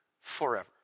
forever